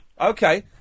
Okay